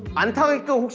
i'm told